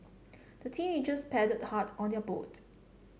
the teenagers paddled hard on their boat